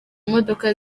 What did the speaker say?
modoka